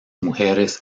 mujeres